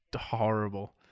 horrible